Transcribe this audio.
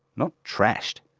not trashed.